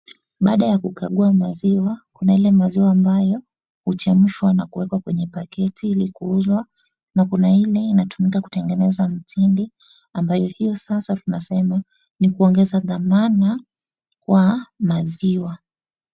Baada ya kukagua maziwa, kuna ile maziwa ambayo huchemshwa na kuwekwa kwenye paketi ili kuuzwa na kuna ile inatumika kutengeneza mtindi ambayo hiyo sasa tunasema ni kuongeza thamana kwa maziwa.